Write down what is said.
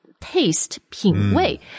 taste,品味